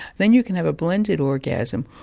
then you can have a blended orgasm,